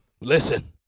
listen